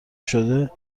شده